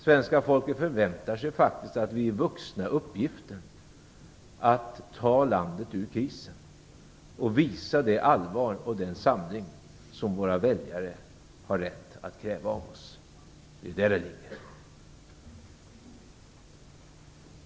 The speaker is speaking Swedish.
Svenska folket förväntar sig faktiskt att vi är vuxna uppgiften att ta landet ur krisen och visa det allvar och den samling som våra väljare har rätt att kräva av oss. Det är detta som det handlar om.